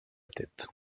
tête